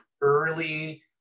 early